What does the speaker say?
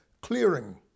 clearing